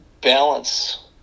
balance